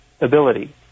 ability